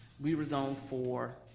we were zoned for.